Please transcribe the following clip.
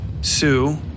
Sue